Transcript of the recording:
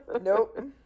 Nope